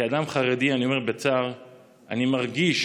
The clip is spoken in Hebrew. כאדם חרדי אני אומר בצער שאני מרגיש